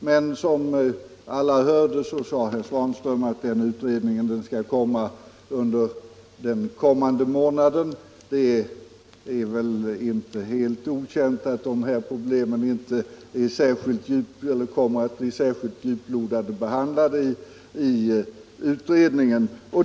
Men som alla hörde sade herr Svanström att utredningsresultatet väntas bli framlagt under den kommande månaden och det är väl inte helt okänt att de här problemen inte kommer att bli särskilt djuplodande behandlade där.